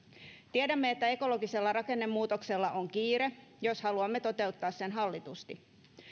tiedämme että ekologisella rakennemuutoksella on kiire jos haluamme toteuttaa sen hallitusti